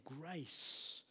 grace